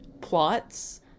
plots